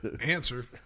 Answer